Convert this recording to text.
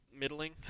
middling